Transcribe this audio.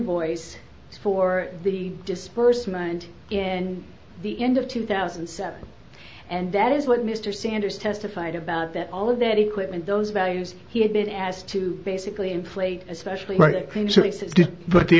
voice for the disbursement in the end of two thousand and seven and that is what mr sanders testified about that all of that equipment those values he had been asked to basically inflate especially